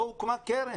לא הוקמה קרן.